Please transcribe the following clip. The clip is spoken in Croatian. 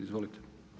Izvolite.